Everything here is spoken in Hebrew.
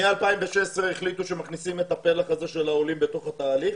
מ-2016 החליטו שמכניסים את הפלח הזה של העולים בתוך התהליך.